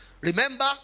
Remember